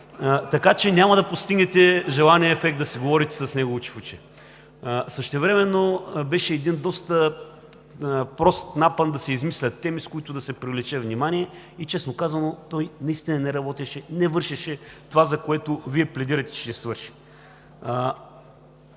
така че няма да постигнете желания ефект да си говорите с него очи в очи. Същевременно беше един доста прост напън да се измислят теми, с които да се привлече внимание. Честно казано, той наистина не работеше, не вършеше това, за което Вие пледирате, че ще свърши.